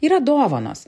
yra dovanos